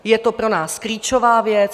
Je to pro nás klíčová věc.